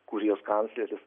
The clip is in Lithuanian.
kurijos kancleris